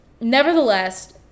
Nevertheless